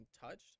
touched